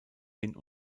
hin